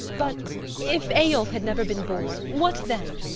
but if eyolf had never been born? what then?